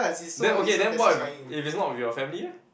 then okay then what if if it's not with your family eh